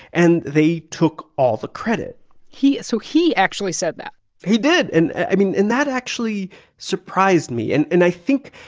and they took all the credit he so he actually said that he did. and, i mean and that actually surprised me. and and i think